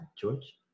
George